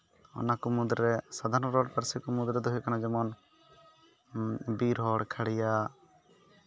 ᱚᱱᱟ ᱠᱚ ᱢᱩᱫᱽᱨᱮ ᱥᱟᱫᱷᱟᱨᱚᱱ ᱨᱚᱲ ᱯᱟᱹᱨᱥᱤ ᱠᱚ ᱢᱩᱫᱽᱨᱮ ᱫᱚ ᱦᱩᱭᱩᱜ ᱠᱟᱱᱟ ᱡᱮᱢᱚᱱ ᱵᱤᱨ ᱦᱚᱲ ᱠᱷᱟᱲᱭᱟ